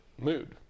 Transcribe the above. mood